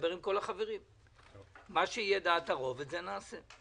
מה שאנחנו מנסים לעשות פה זה לתת ודאות.